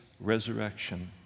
resurrection